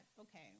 okay